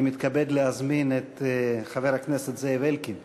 אני מתכבד להזמין את חבר הכנסת זאב אלקין,